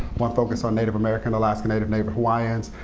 one focused on native american, alaska native, native hawaiians,